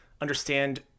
understand